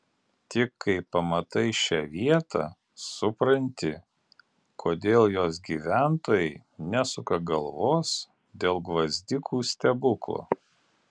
tik kai pamatai šią vietą supranti kodėl jos gyventojai nesuka galvos dėl gvazdikų stebuklo